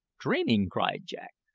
dreaming! cried jack.